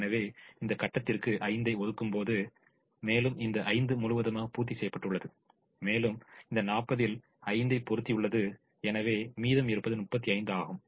எனவே இந்த கட்டத்திற்கு 5 ஐ ஒதுக்கும்போது இந்த 5 முழுவதுமாக பூர்த்திசெய்யப்பட்டுள்ளது மேலும் இந்த 40 இல் 5 ஐ பொருந்தியுள்ளது எனவே மீதம் இருப்பது 35 ஆகும்